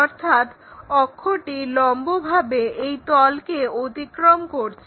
অর্থাৎ অক্ষটি লম্বভাবে এই তলকে অতিক্রম করছে